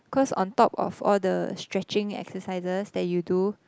cause on top of all the stretching exercises that you do